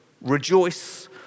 rejoice